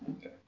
Okay